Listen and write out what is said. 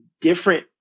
different